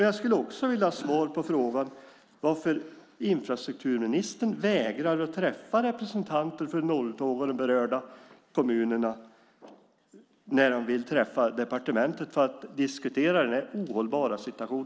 Jag skulle också vilja ha svar på frågan varför infrastrukturministern vägrar att träffa representanter för Norrtåg och de berörda kommunerna när de vill besöka departementet för att diskutera denna ohållbara situation.